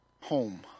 home